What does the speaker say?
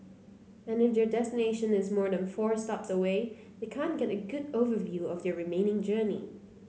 and if their destination is more than four stops away they can't get a good overview of their remaining journey